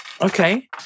Okay